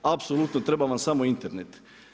Apsolutno treba vam samo Internet.